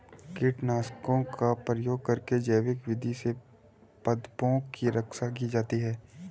कीटनाशकों का प्रयोग करके जैविक विधि से पादपों की रक्षा की जाती है